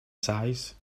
size